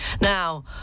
Now